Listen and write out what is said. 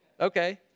Okay